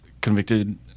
convicted